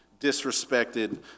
disrespected